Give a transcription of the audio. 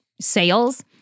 sales